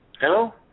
Hello